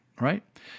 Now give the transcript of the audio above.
Right